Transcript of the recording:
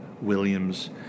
Williams